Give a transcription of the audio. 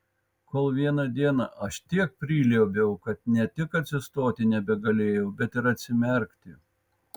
kol vieną dieną aš tiek priliuobiau kad ne tik atsistoti nebegalėjau bet ir atsimerkti